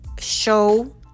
show